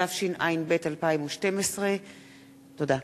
התשע"ב 2012. תודה.